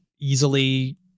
easily